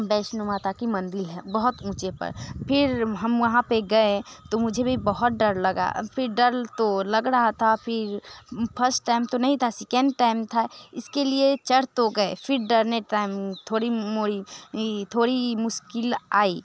वैष्णो माता का मंदिल है बहुत ऊँचे पर फिर हम वहाँ पर गए तो मुझे भी बहुत डर लगा फिर डर तो लग रहा था फिर फर्स्ट टाइम तो नहीं था सिकंड टाइम था इसके लिए चढ़ तो गए फिर डरने टाइम थोड़ी मोड़ी यह थोड़ी मुश्किल आई